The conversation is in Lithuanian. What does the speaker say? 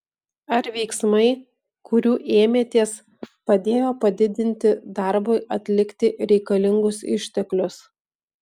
ar veiksmai kurių ėmėtės padėjo padidinti darbui atlikti reikalingus išteklius